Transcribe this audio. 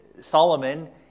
Solomon